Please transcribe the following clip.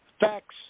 facts